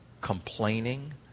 complaining